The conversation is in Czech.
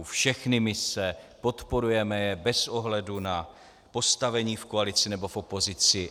Všechny mise podporujeme bez ohledu na postavení v koalici nebo v opozici.